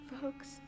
Folks